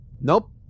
Nope